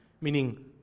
meaning